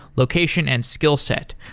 location, and skill set.